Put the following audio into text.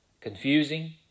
confusing